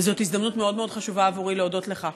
וזאת הזדמנות מאוד מאוד חשובה עבורי להודות לך